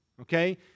Okay